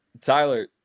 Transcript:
Tyler